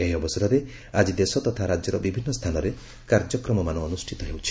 ଏହି ଅବସରରେ ଆଜି ଦେଶ ତଥା ରାଜ୍ୟର ବିଭିନ୍ନ ସ୍ତାନରେ କାର୍ଯ୍ୟକ୍ରମମାନ ଅନୁଷ୍ଠିତ ହେଉଛି